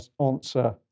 answer